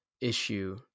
issue